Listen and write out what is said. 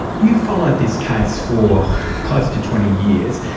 you followed this case for close to twenty years,